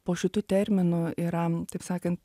po šitu terminu yra taip sakant